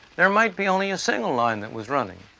there might be only a single line that was running,